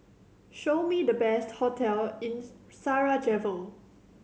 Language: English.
show me the best hotel in Sarajevo